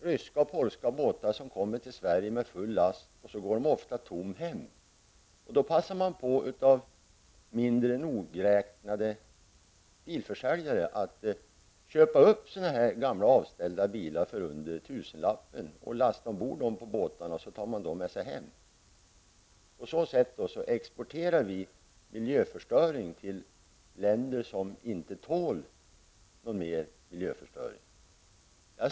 Ryska och polska båtar kommer till Sverige med full last, och i stället för att gå tomma hem passar man på att av mindre nogräknade bilförsäljare köpa upp gamla avställda bilar för under tusenlappen och ta dem med sig hem på båtarna. På så sätt exporterar vi miljöförstöring till länder som inte tål någon mer miljöförstöring.